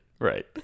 right